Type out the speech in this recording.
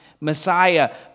messiah